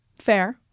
Fair